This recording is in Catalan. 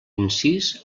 incís